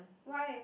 why